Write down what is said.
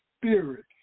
spirit